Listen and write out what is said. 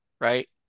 right